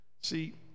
See